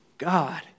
God